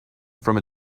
from